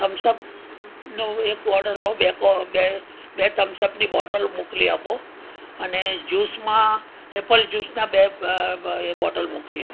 થમ્સઅપનો એક ઓર્ડર લો બે બે થમ્સઅપની બોટલો મોકલી આપો અને જ્યુસમાં એપલ જ્યુસના બે બોટલ મોકલી આપો